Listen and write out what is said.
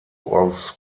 aus